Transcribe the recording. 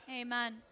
Amen